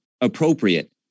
appropriate